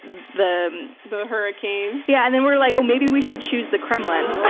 the the but hurricane. yeah and then we're like oh maybe we should choose the kremlin,